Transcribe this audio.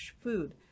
food